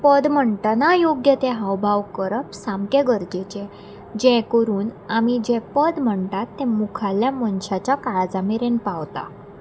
पद म्हणटना योग्य तें हावभाव करप सामकें गरजेचें जें करून आमी जें पद म्हणटात तें मुखारल्या मनशाच्या काळजा मेरेन पावता